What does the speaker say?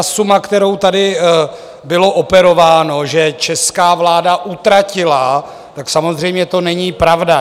Suma, kterou tady bylo operováno, že česká vláda utratila, tak samozřejmě to není pravda.